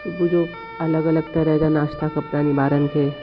सुबुह जो अलॻि अलॻि तरह जा नाश्ता खपनि ॿारनि खे